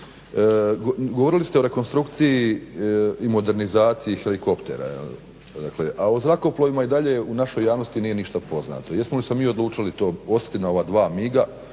Govorili se o rekonstrukciji i modernizaciji helikoptera, a o zrakoplovima i dalje u našoj javnosti nije ništa poznato. Jesmo li se mi odlučili ostati na ova dva MIG-a